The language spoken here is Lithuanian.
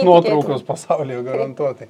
nuotraukos pasaulyje garantuotai